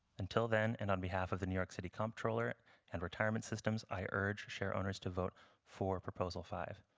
until then and on behalf of the new york city comptroller and retirement systems i urge shareholders to vote for proposal five.